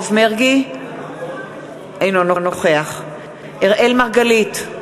אינו נוכח אראל מרגלית,